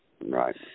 Right